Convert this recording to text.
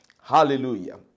Hallelujah